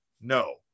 no